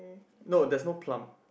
no there's no plum